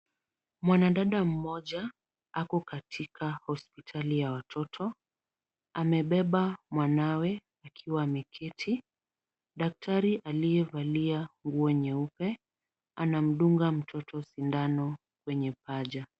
Mwanadada mmoja ako katika hospitali ya watoto. Amebeba mwanawe akiwa ameketi. Daktari aliyevalia nguo nyeupe anamdunga mtoto sindano kwenye paja.